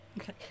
Okay